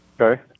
Okay